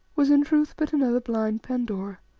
was in truth but another blind pandora.